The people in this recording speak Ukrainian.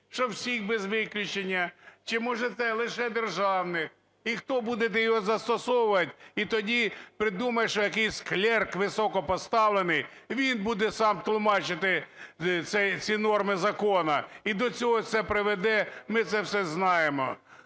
що всіх без виключення чи можете лише державних, і хто буде його застосовувать і тоді придумать, що якийсь клерк високопоставлений, він буде сам тлумачити ці норми закону. І до чого це приведе, ми це все знаємо.